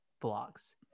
blocks